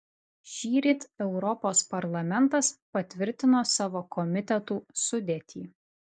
šįryt europos parlamentas patvirtino savo komitetų sudėtį